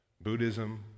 Buddhism